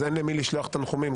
אז אין למי לשלוח תנחומים,